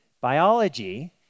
biology